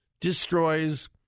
destroys